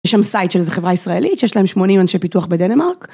יש שם סייט של איזה חברה ישראלית שיש להן 80 אנשי פיתוח בדנמרק.